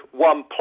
OnePlus